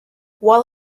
while